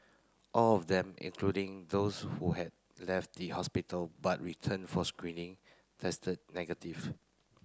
all of them including those who had left the hospital but returned for screening tested negative